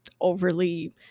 overly